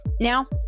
Now